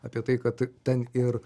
apie tai kad ten ir